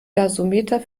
gasometer